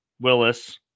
Willis